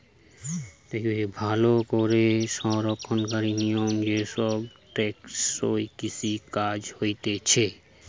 ভালো করে সংরক্ষণকারী নিয়মে যে সব টেকসই কৃষি কাজ হতিছে